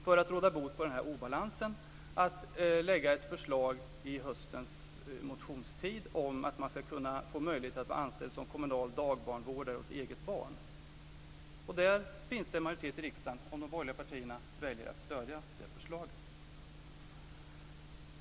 För att råda bot på obalansen kommer vi också att lägga fram ett förslag i höstens motionstid om att man ska få möjlighet att vara anställd som kommunal dagbarnvårdare åt eget barn. Där finns det en majoritet i riksdagen om de borgerliga partierna väljer att stödja detta förslag.